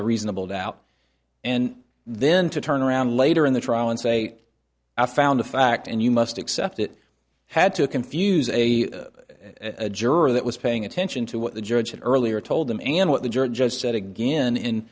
a reasonable doubt and then to turn around later in the trial and say i found a fact and you must accept it had to confuse a juror that was paying attention to what the judge had earlier told them and what the judge just said again in